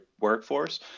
workforce